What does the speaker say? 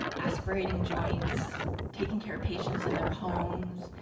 aspirating joints taking care of patients in their homes,